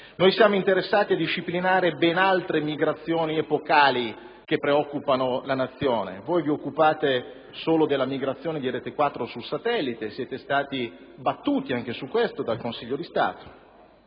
siamo interessati a disciplinare ben altre migrazioni epocali che preoccupano la Nazione. Voi vi occupate solo della migrazione di Retequattro sul satellite, ma siete stati battuti anche su questo dal Consiglio di Stato;